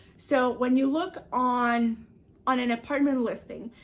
so, when you look on on an apartment listing,